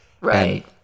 Right